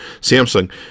Samsung